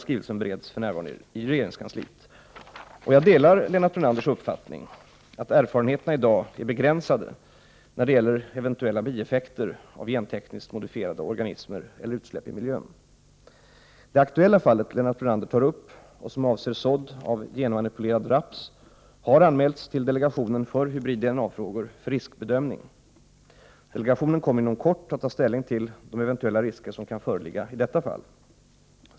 Skrivelsen bereds för närvarande i regeringskansliet. Jag delar Lennart Brunanders uppfattning att erfarenheterna i dag är begränsade när det gäller eventuella bieffekter av gentekniskt modifierade organismer efter utsläpp i miljön. Det aktuella fallet Lennart Brunander tar upp och som avser sådd av genmanipulerad raps har anmälts till delegationen för hybrid-DNA-frågor för riskbedömning. Delegationen kommer inom kort att ta ställning till de eventuella risker som kan föreligga i detta fall.